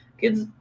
Kids